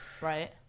Right